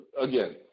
Again